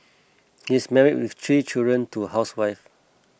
he is married with three children to a housewife